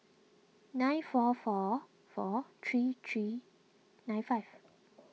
nine four four four three three nine five